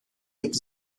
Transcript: gibt